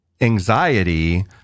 anxiety